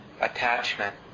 attachment